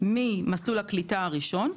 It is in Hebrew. ממסלול הקליטה הראשון,